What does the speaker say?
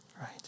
right